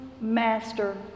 master